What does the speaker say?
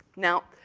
now,